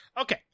Okay